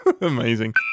Amazing